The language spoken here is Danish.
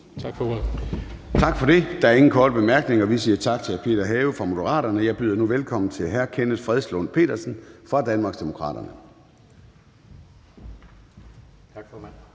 Gade): Der er ingen korte bemærkninger, så vi siger tak til hr. Peter Have fra Moderaterne. Jeg byder nu velkommen til hr. Kenneth Fredslund Petersen fra Danmarksdemokraterne.